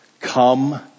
come